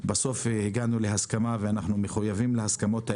בסוף הגענו להסכמה, ואנחנו מחויבים להסכמות האלה,